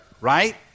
right